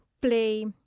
play